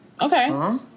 okay